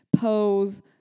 pose